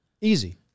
Easy